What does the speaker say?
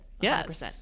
yes